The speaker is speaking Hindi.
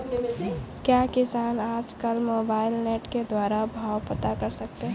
क्या किसान आज कल मोबाइल नेट के द्वारा भाव पता कर सकते हैं?